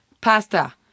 pasta